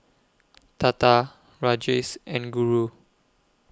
Tata Rajesh and Guru